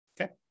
Okay